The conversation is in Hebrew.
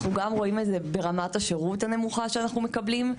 אנחנו גם רואים את זה ברמת השירות הנמוכה שאנחנו מקבלים.